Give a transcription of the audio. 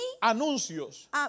anuncios